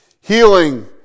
Healing